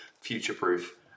future-proof